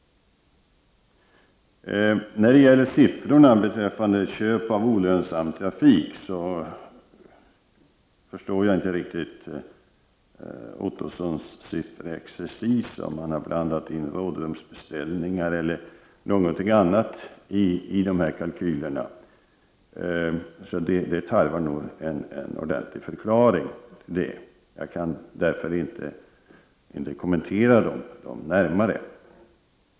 När det gäller de siffror som Roy Ottosson nämnde beträffande köp av olönsam trafik förstår jag inte riktigt hans sifferexercis. Jag vet inte om han har blandat in rådrumsbeställningar eller någonting annat i dessa kalkyler. Detta tarvar nog en ordentlig förklaring. Jag kan därför inte kommentera dessa siffror närmare.